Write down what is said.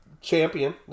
champion